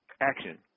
action